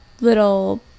little